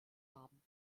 haben